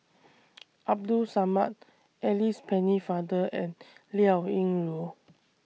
Abdul Samad Alice Pennefather and Liao Yingru